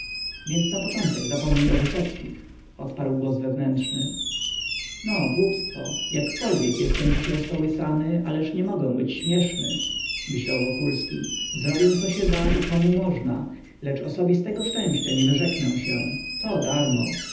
więc na początek zapomnij o wysockich odparł głos wewnętrzny no głupstwo jakkolwiek jestem dziś rozkołysany ależ nie mogę być śmieszny myślał wokulski zrobię co się da i komu można lecz osobistego szczęścia nie wyrzeknę się to darmo